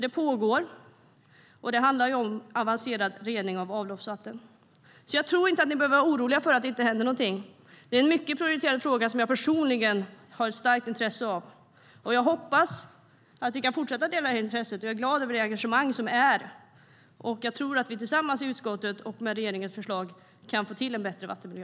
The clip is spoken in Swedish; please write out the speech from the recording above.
Det pågår alltså och handlar om avancerad rening av avloppsvatten. Jag tror inte att ni behöver vara oroliga för att det inte händer något. Det är en mycket prioriterad fråga som jag personligen har ett starkt intresse för. Jag hoppas att vi kan fortsätta att dela detta intresse, och jag är glad över det engagemang som finns. Jag tror att vi tillsammans i utskottet och med regeringens förslag kan få till en bättre vattenmiljö.